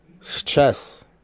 chess